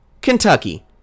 Kentucky